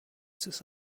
sus